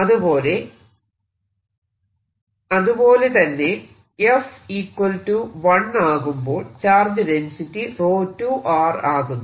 അതുപോലെ തന്നെ f 1 ആകുമ്പോൾ ചാർജ് ഡെൻസിറ്റി 𝜌2 ആകുന്നു